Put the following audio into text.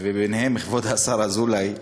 וביניהם כבוד השר אזולאי,